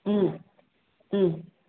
ಊಂ ಹ್ಞೂ